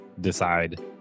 decide